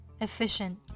efficient